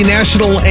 National